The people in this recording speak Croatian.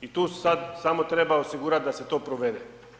I tu sada samo treba osigurat da se to provede.